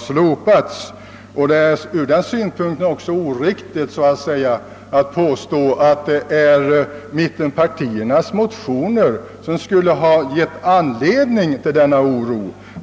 slopats. Det är därför oriktigt att påstå, att det är mittenpartiernas motioner som skulle ha gett anledning till denna oro.